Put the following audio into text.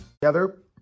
Together